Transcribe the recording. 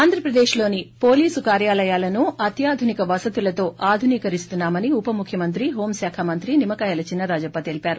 ఆంధ్రప్రదేక్ లోని పోలీసు కార్యాలయాలను అత్యాధునిక వసతులతో ఆధునీకరిస్తున్నా మని ఉప ముఖ్యమంత్రి హోం శాఖ మంత్రి నిమ్మకాయల చినరాజప్ప తెలిపారు